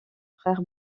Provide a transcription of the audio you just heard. frère